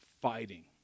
fighting